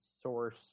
source